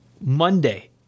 Monday